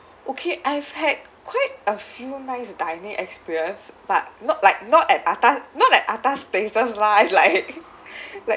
okay I've had quite a few nice dining experience but not like not at atas not like atas places lah it's like like